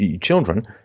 children